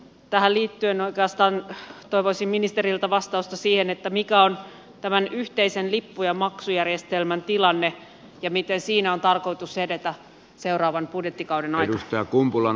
tähän liittyen oikeastaan toivoisin ministeriltä vastausta siihen mikä on tämän yhteisen lippu ja maksujärjestelmän tilanne ja miten siinä on tarkoitus edetä seuraavan budjettikauden aikana